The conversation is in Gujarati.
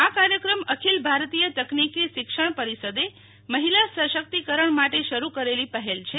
આ કાર્યક્રમ અખિલ ભારતીય તકનીકી શિક્ષણ પરિષદે સશક્તિકરણ માટે શરૂ કરેલી પહેલ છે